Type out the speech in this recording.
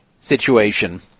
situation